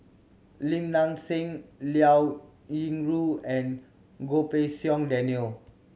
Lim Nang Seng Liao Yingru and Goh Pei Siong Daniel